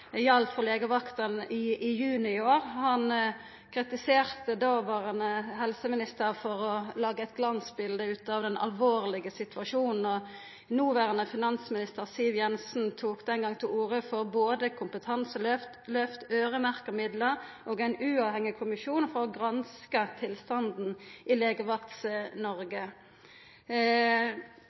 for legevaktene. Han kritiserte dåverande helseminister for å laga eit glansbilete ut av den alvorlege situasjonen. Og noverande finansminister Siv Jensen tok den gongen til orde for både kompetanseløft, øyremerkte midlar og ein uavhengig kommisjon for å granska tilstanden i